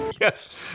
Yes